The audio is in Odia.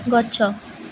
ଗଛ